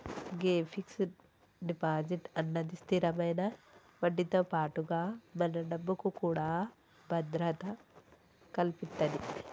గే fix deposit అన్నది స్థిరమైన వడ్డీతో పాటుగా మన డబ్బుకు కూడా భద్రత కల్పితది